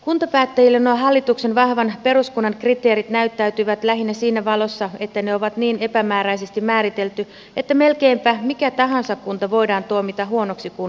kuntapäättäjille nuo hallituksen vahvan peruskunnan kriteerit näyttäytyvät lähinnä siinä valossa että ne on niin epämääräisesti määritelty että melkeinpä mikä tahansa kunta voidaan tuomita huonoksi kunnaksi